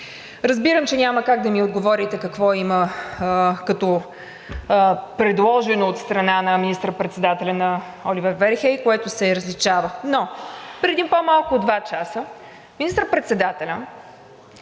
Разбирам, че няма как ди ми отговорите какво има като предложено от страна на министър-председателя на Оливер Вархеи, което се различава. Но преди по-малко от два часа министър-председателят